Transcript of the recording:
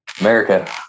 America